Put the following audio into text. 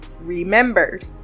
remembered